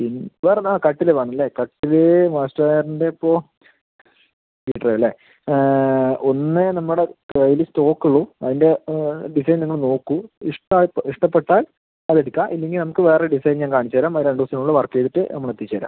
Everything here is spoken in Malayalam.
പിന്നെ വേറെ എന്താ കട്ടില് വേണം അല്ലെ കട്ടില് മാസ്റ്ററിൻ്റെ ഇപ്പോൾ കിട്ടും അല്ലെ ഒന്ന് നമ്മുടെ കൈയ്യില് സ്റ്റോക്ക് ഉള്ളൂ അതിൻ്റ ഡിസൈൻ ഒന്ന് നോക്കൂ ഇഷ്ടം അ ഇഷ്ടപ്പെട്ടാൽ അത് എടുക്കാം ഇല്ലെങ്കിൽ നമുക്ക് വേറെ ഡിസൈൻ ഞാൻ കാണിച്ചു തരാം അത് രണ്ട് ദിവസത്തിന് ഉള്ള വർക്ക് ചെയ്തിട്ട് നമ്മൾ എത്തിച്ച് തരാം